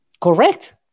Correct